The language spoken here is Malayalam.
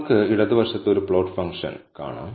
നിങ്ങൾക്ക് ഇടതുവശത്ത് ഒരു പ്ലോട്ട് ഫംഗ്ഷൻ കാണാം